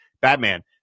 Batman